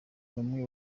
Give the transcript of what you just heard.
bamwe